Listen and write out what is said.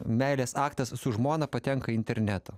meilės aktas su žmona patenka į internetą